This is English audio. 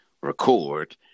record